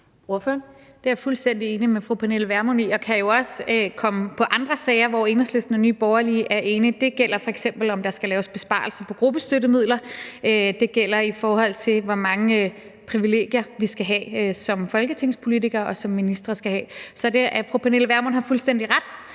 er jeg fuldstændig enig med fru Pernille Vermund i. Jeg kan jo også komme på andre sager, hvor Enhedslisten og Nye Borgerlige er enige. Det gælder f.eks., hvorvidt der skal laves besparelser af gruppestøttemidlerne, og det gælder, hvor mange privilegier vi skal have som folketingspolitikere, og hvor mange privilegier ministre skal have. Så fru Pernille Vermund har fuldstændig ret.